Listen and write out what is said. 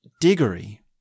Diggory